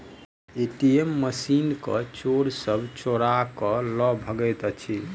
ATM machine के चोर सब चोरा क ल भगैत अछि